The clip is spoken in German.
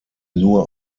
nur